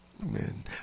Amen